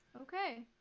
Okay